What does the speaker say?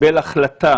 קיבל החלטה